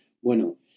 Bueno